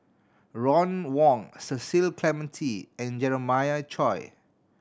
Ron Wong Cecil Clementi and Jeremiah Choy